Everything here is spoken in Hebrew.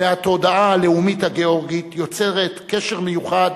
מהתודעה הלאומית הגאורגית, יוצרת קשר מיוחד